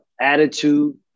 attitude